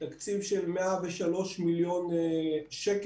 תקציב של 103 מיליון שקלים,